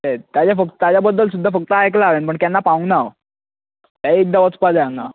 ताच्या बद्दल सुद्दा फक्त आयकलां हांवें पूण केन्ना पावूंक ना हांव म्हाका एकदां वचपाक जाय हांगा